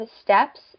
steps